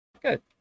good